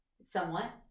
somewhat